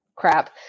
Crap